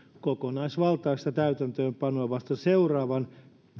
kokonaisvaltaista täytäntöönpanoa vasta seuraavan